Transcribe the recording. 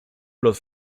los